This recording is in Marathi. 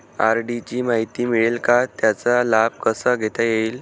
आर.डी ची माहिती मिळेल का, त्याचा लाभ कसा घेता येईल?